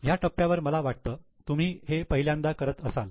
ह्या टप्प्यावर मला वाटतं तुम्ही हे पहिल्यांदा करत असाल